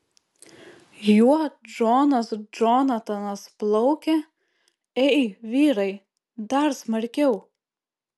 juo džonas džonatanas plaukia ei vyrai dar smarkiau